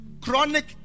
Chronic